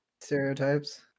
stereotypes